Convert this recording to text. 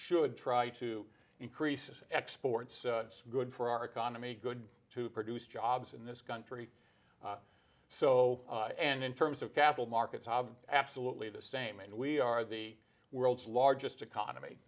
should try to increase exports good for our economy good to produce jobs in this country so and in terms of capital markets absolutely the same and we are the world's largest economy